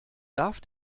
darf